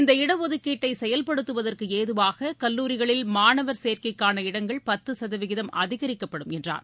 இந்த இடஒதுக்கீட்டை செயல்படுத்துவதற்கு ஏதுவாக கல்லூரிகளில் மாணவர் சேர்க்கைக்கான இடங்கள் பத்து சதவீதம் அதிகரிக்கப்படும் என்றார்